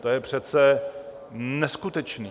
To je přece neskutečné.